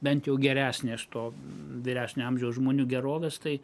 bent jau geresnės to vyresnio amžiaus žmonių gerovės tai